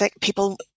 people